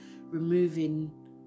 removing